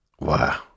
Wow